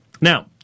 Now